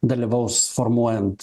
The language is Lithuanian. dalyvaus formuojant